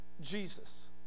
Jesus